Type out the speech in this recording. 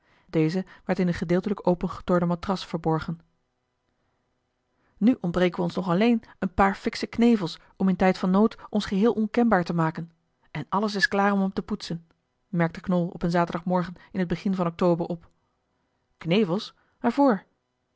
deze werd in de gedeeltelijk opengetornde matras verborgen nu ontbreken ons nog alleen een paar fiksche knevels om in tijd van nood ons geheel onkenbaar te maken en alles is klaar om m te poetsen merkte knol op een zaterdagmorgen in t begin van october op knevels waarvoor